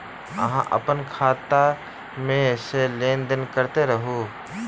अहाँ अप्पन खाता मे सँ लेन देन करैत रहू?